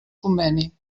conveni